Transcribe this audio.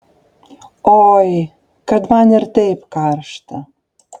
oi kad man ir taip karšta